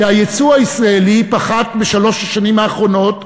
שהיצוא הישראלי פחת בשלוש השנים האחרונות,